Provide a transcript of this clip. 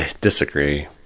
Disagree